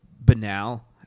banal